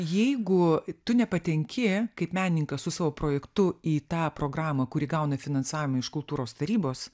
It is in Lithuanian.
jeigu tu nepatenki kaip menininkas su savo projektu į tą programą kuri gauna finansavimą iš kultūros tarybos